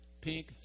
pink